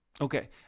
Okay